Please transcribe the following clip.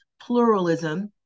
pluralism